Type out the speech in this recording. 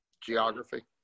Geography